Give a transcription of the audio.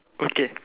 okay